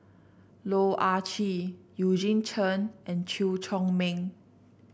Loh Ah Chee Eugene Chen and Chew Chor Meng